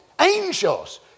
angels